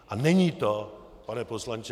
A není to, pane poslanče